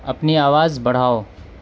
اپنی آواز بڑھاؤ